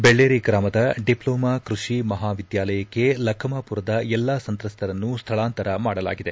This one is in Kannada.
ಬೆಳ್ಳೇರಿ ಗ್ರಾಮದ ಡಿಪ್ಲೊಮಾ ಕೃಷಿ ಮಹಾವಿದ್ಯಾಲಯಕ್ಕೆ ಲಖಮಾಪುರದ ಎಲ್ಲಾ ಸಂತ್ರಸ್ತರನ್ನು ಸ್ಥಳಾಂತರ ಮಾಡಲಾಗಿದೆ